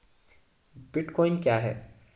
Bitcoin क्या है?